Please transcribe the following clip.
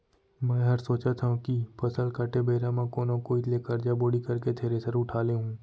मैं हर सोचत हँव कि फसल काटे बेरा म कोनो कोइत ले करजा बोड़ी करके थेरेसर उठा लेहूँ